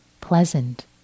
pleasant